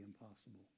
impossible